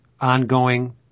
ongoing